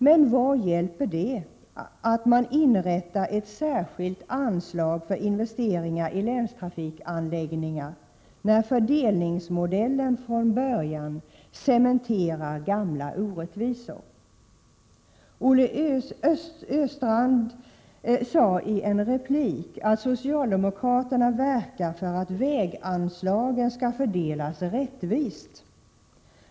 Men vad hjälper det att man inrättar ett särskilt anslag för investeringar i länstrafikanläggningar när fördelningsmodellen från början cementerar gamla orättvisor. Olle Östrand sade i en replik att socialdemokraterna verkar för att väganslagen skall fördelas rättvist.